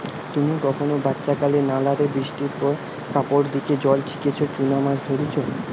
তুমি কখনো বাচ্চাকালে নালা রে বৃষ্টির পর কাপড় দিকি জল ছাচিকি চুনা মাছ ধরিচ?